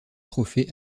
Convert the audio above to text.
trophée